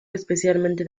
especialmente